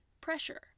pressure